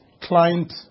client